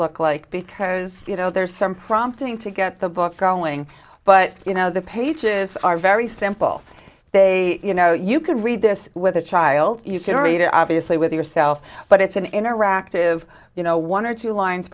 look like because you know there's some prompting to get the book growing but you know the pages are very simple they you know you could read this with a child you can read it obviously with yourself but it's an interactive you know one or two lines